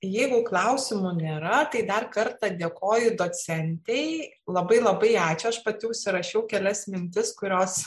jeigu klausimų nėra tai dar kartą dėkoju docentei labai labai ačiū aš pati užsirašiau kelias mintis kurios